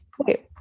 okay